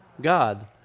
God